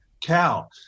Cal